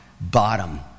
bottom